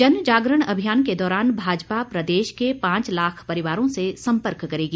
जनजागरण अभियान के दौरान भाजपा प्रदेश के पांच लाख परिवारों से संपर्क करेगी